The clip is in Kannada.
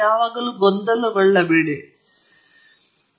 ಆದ್ದರಿಂದ ಅದು ಬಹಳ ಮುಖ್ಯವಾಗಿದೆ